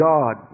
God